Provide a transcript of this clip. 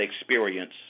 experience